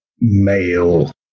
male